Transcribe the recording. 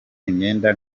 imyenda